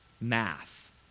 math